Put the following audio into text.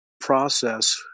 process